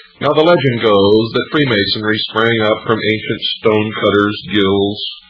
now, the legend goes that freemasonry sprang up from ancient stonecutters, guilds,